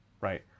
Right